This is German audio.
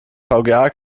vga